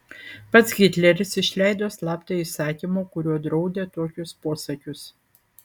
pats hitleris išleido slaptą įsakymą kuriuo draudė tokius posakius